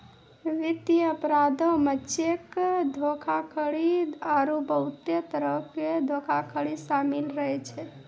वित्तीय अपराधो मे चेक धोखाधड़ी आरु बहुते तरहो के धोखाधड़ी शामिल रहै छै